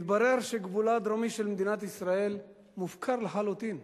מתברר שגבולה הדרומי של מדינת ישראל מופקר לחלוטין,